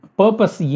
purpose